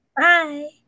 Bye